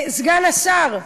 סגן השר,